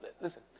Listen